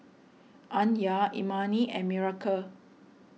Anya Imani and Miracle